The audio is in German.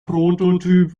prototyp